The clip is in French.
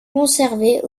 conservés